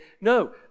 No